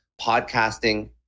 podcasting